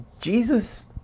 Jesus